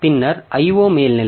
பின்னர் IO மேல்நிலை